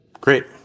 Great